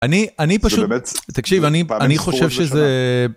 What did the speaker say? אני, אני פשוט... תקשיב, אני חושב שזה...